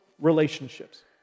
relationships